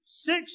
six